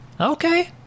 Okay